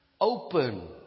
Open